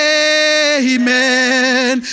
amen